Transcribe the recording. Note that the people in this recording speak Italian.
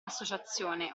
associazione